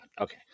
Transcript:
Okay